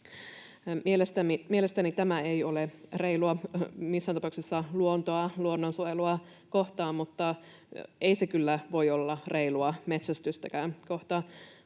Mielestäni tämä ei ole reilua missään tapauksessa luontoa, luonnonsuojelua kohtaan, mutta ei se kyllä voi olla reilua metsästystäkään kohtaan.